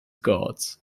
gods